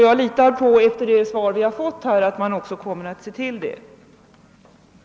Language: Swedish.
f Efter det svar som jag har fått litar jag på att man också kommer att se till att så sker.